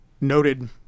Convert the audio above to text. noted